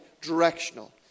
directional